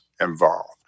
involved